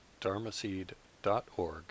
dharmaseed.org